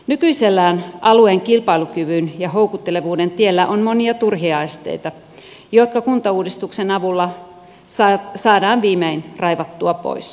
nykyisellään alueen kilpailukyvyn ja houkuttelevuuden tiellä on monia turhia esteitä jotka kuntauudistuksen avulla saadaan viimein raivattua pois